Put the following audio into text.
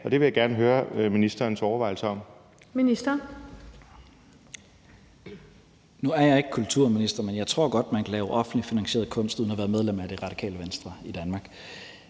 Børne- og undervisningsministeren (Mattias Tesfaye): Nu er jeg ikke kulturminister, men jeg tror godt, man kan lave offentligt finansieret kunst uden at være medlem af Radikale Venstre i Danmark.